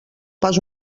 pas